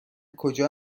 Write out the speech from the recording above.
کجا